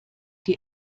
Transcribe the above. die